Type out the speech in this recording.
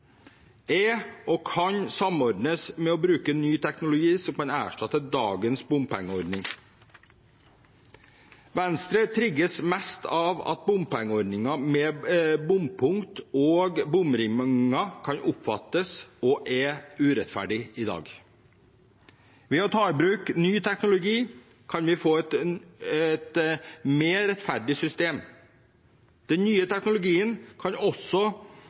kan samordnes ved å bruke ny teknologi som kan erstatte dagens bompengeordning. Venstre trigges mest av at bompengeordningen med bompunkt og bomringer kan oppfattes som – og er – urettferdig i dag. Ved å ta i bruk ny teknologi kan vi få et mer rettferdig system. Den nye teknologien kan også